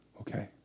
Okay